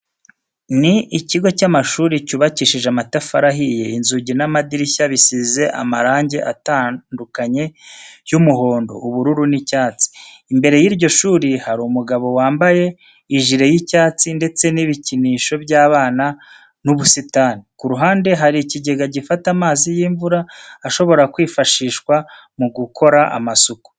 Ni ikigo cy'amashuri cyubakishije amatafari ahiye, inzugi n'amadirishya bisize amarange atandukanye y'umuhondo, ubururu n'icyatsi. Imbere y'iryo shuri hari umugabo wambaye ijire y'icyatsi ndetse n'ibikinisho by'abana n'ubusitani. Ku ruhande hari ikigega gifata amazi y'imvura ashobora kwifashishwa mu gukora amasuku.